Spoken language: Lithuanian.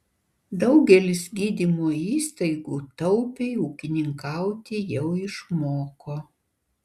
daugelis gydymo įstaigų taupiai ūkininkauti jau išmoko